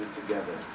together